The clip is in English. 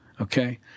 Okay